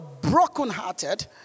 brokenhearted